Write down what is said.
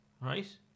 right